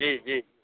जी जी